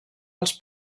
als